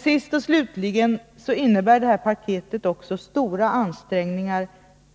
Sist och slutligen innebär paketet också stora ansträngningar